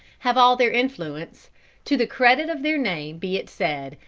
have all their influence to the credit of their name be it said,